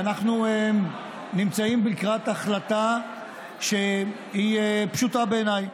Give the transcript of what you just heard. אנחנו נמצאים לקראת החלטה שהיא פשוטה בעיניי.